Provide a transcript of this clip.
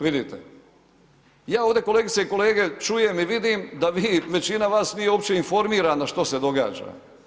Vidite, ja ovdje kolegice i kolege čujem i vidim da vi, većina vas nije uopće informirana što se događa.